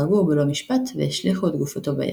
הרגוהו בלא משפט והשליכו את גופתו ביער.